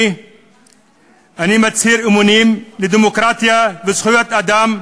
אני מצהיר אמונים לדמוקרטיה וזכויות אדם.